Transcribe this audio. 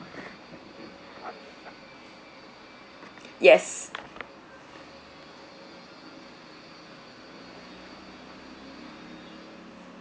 yes